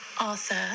Arthur